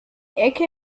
ecke